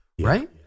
right